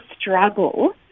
struggle